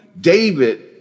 David